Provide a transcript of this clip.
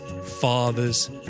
father's